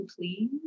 please